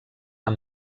amb